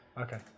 Okay